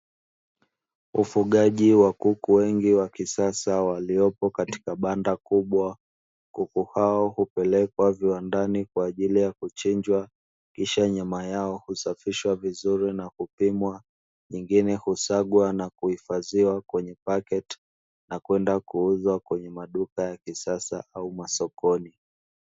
Ufugaji wa kuku wengi wa kisasa waliopo katika banda kubwa, kuku hao hupelekwa viwandani kwa ajili ya kuchinjwa. Kisha nyama yao husafishwa vizuri na kupimwa, nyingine husagwa na kuhifadhiwa kwenye vifungashio na kwenda kuuzwa kwenye maduka ya kisasa au masokoni.